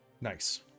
Nice